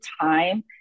time